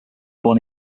born